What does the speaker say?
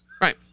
Right